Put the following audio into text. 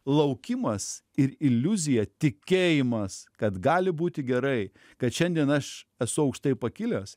laukimas ir iliuzija tikėjimas kad gali būti gerai kad šiandien aš esu aukštai pakilęs